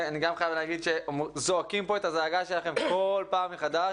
ואני חייב להגיד שזועקים פה את הזעקה שלכם כל פעם מחדש.